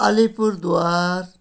Alipurduar